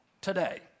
today